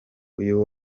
uyu